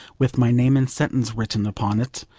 with my name and sentence written upon it,